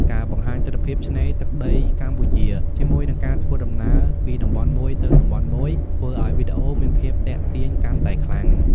ការបង្ហាញទិដ្ឋភាពឆ្នេរទឹកដីកម្ពុជា ជាមួយនឹងការធ្វើដំណើរពីតំបន់មួយទៅតំបន់មួយ ធ្វើឲ្យវីដេអូមានភាពទាក់ទាញកាន់តែខ្លាំង។